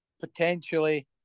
potentially